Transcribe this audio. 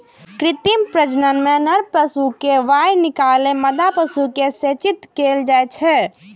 कृत्रिम प्रजनन मे नर पशु केर वीर्य निकालि मादा पशु मे सेचित कैल जाइ छै